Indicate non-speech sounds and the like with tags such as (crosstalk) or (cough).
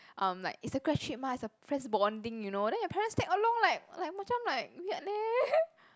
um like it's a grad trip mah it's a friends bonding you know then your parents tag along like like macam like weird leh (noise)